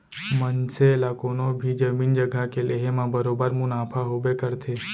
मनसे ला कोनों भी जमीन जघा के लेहे म बरोबर मुनाफा होबे करथे